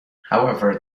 however